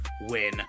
win